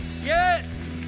yes